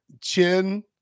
Chin